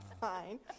fine